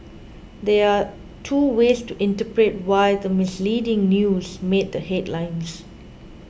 there are two ways to interpret why the misleading news he made the headlines